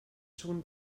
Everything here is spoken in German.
schon